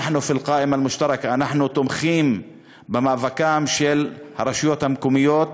אנחנו ברשימה המשותפת,) אנחנו תומכים במאבקן של הרשויות המקומיות,